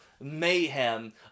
mayhem